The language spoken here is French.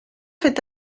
fait